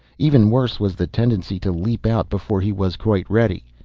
even worse was the tendency to leap out before he was quite ready.